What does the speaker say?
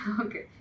okay